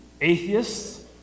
atheists